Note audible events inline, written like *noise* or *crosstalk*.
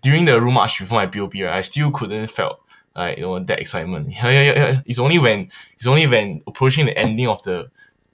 during the road march before my P_O_P right I still couldn't felt like you know that excitement *noise* it's only when *breath* it's only when approaching the ending of the